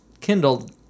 kindled